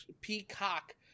Peacock